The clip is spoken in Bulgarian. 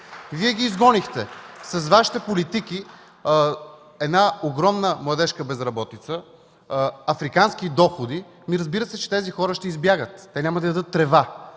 Вие ги изгонихте с Вашите политики, една огромна младежка безработица, африкански доходи. Разбира се, че тези хора ще избягат. Те няма да ядат трева.